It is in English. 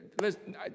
listen